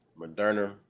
Moderna